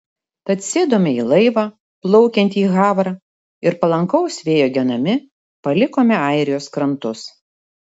tad sėdome į laivą plaukiantį į havrą ir palankaus vėjo genami palikome airijos krantus